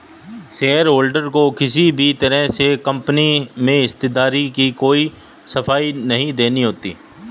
shareholder को किसी भी तरह से कम्पनी में हिस्सेदारी की कोई सफाई नहीं देनी होती है